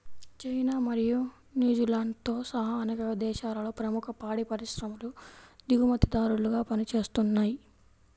China మరియు న్యూజిలాండ్తో సహా అనేక దేశాలలో ప్రముఖ పాడి పరిశ్రమలు దిగుమతిదారులుగా పనిచేస్తున్నయ్